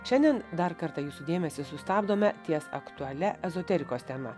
šiandien dar kartą jūsų dėmesį sustabdome ties aktualia ezoterikos tema